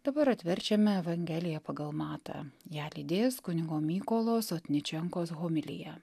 dabar atverčiame evangeliją pagal matą ją lydės kunigo mykolo sotničenkos homilija